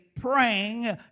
praying